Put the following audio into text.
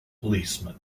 policemen